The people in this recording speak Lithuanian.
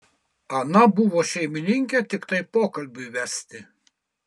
ana buvo šeimininkė tiktai pokalbiui vesti